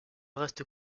reste